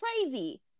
Crazy